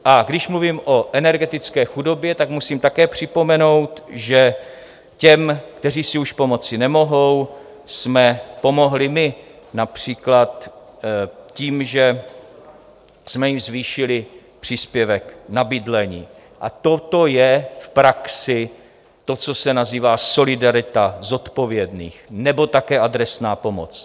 A když mluvím o energetické chudobě, tak musím také připomenout, že těm, kteří si už pomoci nemohou, jsme pomohli my například tím, že jsme jim zvýšili příspěvek na bydlení, a toto je v praxi to, co se nazývá solidarita zodpovědných nebo také adresná pomoc.